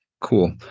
cool